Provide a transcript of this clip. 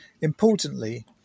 Importantly